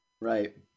Right